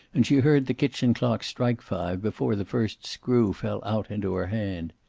and she heard the kitchen clock strike five before the first screw fell out into her hand.